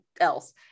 else